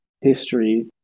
history